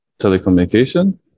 telecommunication